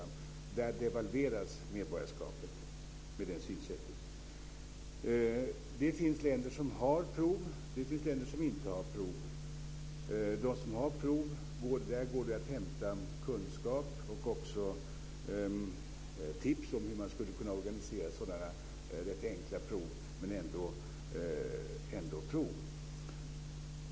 Med det synsättet devalveras medborgarskapet. Det finns länder som har prov och det finns länder som inte har prov. Från de länder som har prov går det att hämta kunskap och tips om hur man skulle kunna organisera sådana rätt enkla, men ändå, prov.